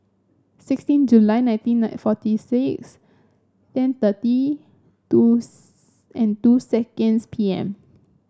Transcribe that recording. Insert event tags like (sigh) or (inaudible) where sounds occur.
sixteen July nineteen nine forty six ten thirty two (noise) and two seconds P M